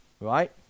right